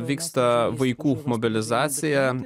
vyksta vaikų mobilizacija